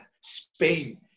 Spain